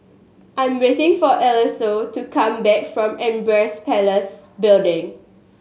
I'm waiting for Elyse to come back from Empress Palace Building